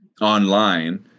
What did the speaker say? online